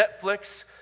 Netflix